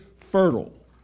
fertile